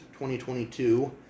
2022